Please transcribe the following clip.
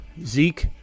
Zeke